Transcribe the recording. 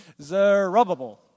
Zerubbabel